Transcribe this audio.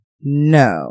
No